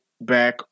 back